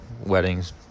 Weddings